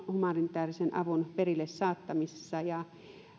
humanitäärisen avun perille saattamisessa ja